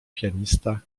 pianista